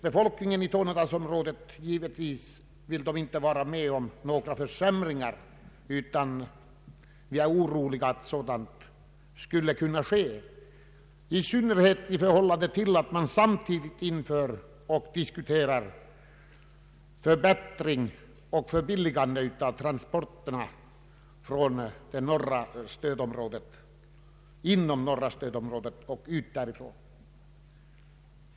Befolkningen i Tornedalsområdet vill givetvis inte vara med om några försämringar utan är orolig för vad som kan komma att ske, i synnerhet som man samtidigt diskuterar och inför förbättringar och förbilligande av transporterna inom det norra stödområdet och ut därifrån.